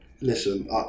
listen